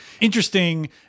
interesting